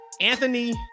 Anthony